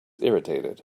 irritated